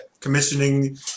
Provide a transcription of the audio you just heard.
commissioning